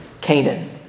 Canaan